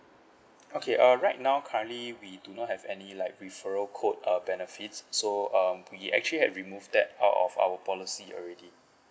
okay err right now currently we do not have any like referral code uh benefits so um we actually had remove that out of our policy already